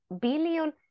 billion